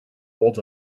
holds